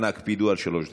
אנא הקפידו על שלוש דקות.